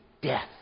death